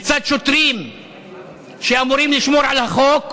מצד שוטרים שאמורים לשמור על החוק.